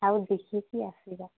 ଆଉ ଦେଖିକି ଆସିବା